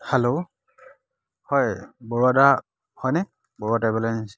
hello হয় বৰুৱা দা হয়নে বৰুৱা ট্ৰেভেল এজেঞ্চি